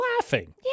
laughing